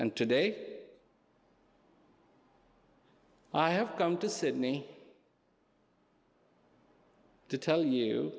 and today i have come to sydney to tell you